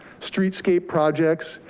street scape projects,